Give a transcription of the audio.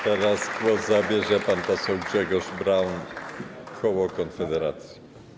Teraz głos zabierze pan poseł Grzegorz Braun, koło Konfederacja.